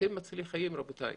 אתם מצילי חיים, רבותיי.